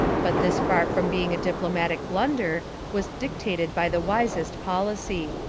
but this far from being a diplomatic blunder was dictated by the wisest policy.